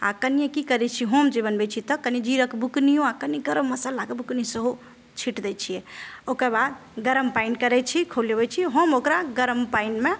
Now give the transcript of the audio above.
आओर कनियें की करय छी हम जे बनबय छी तऽ कनियें जीरक बुकनियो आओर कनि गरम मसल्लाके बुकनी सेहो छीट दै छियै ओकर बाद गरम पानि करय छी खोलबय छी हम ओकरा गरम पाइनमे